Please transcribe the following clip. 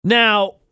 Now